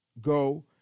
go